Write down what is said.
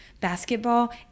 basketball